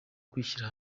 kwishyira